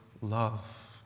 love